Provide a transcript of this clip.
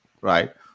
right